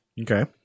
okay